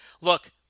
Look